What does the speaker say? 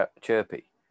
chirpy